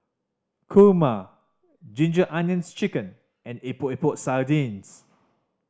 kurma Ginger Onions Chicken and Epok Epok Sardin